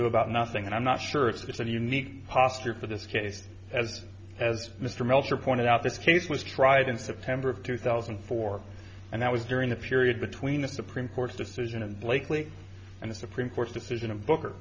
ado about nothing and i'm not sure it's a unique posture for this case as as mr melcher pointed out this case was tried in september of two thousand and four and that was during the period between the supreme court's decision in blakely and the supreme court's decision of book